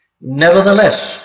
Nevertheless